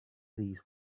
these